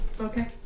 Okay